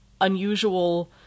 unusual